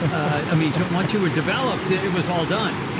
i mean once you were developed, it was all done,